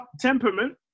temperament